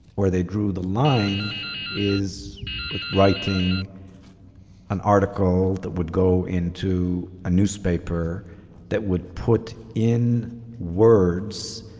where they drew the line is with writing an article that would go into a newspaper that would put in words,